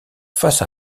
face